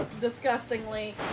disgustingly